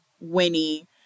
Winnie